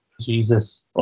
Jesus